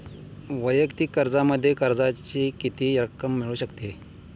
वैयक्तिक कर्जामध्ये कर्जाची किती रक्कम मिळू शकते?